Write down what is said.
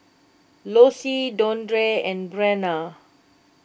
Lossie Dondre and Breanna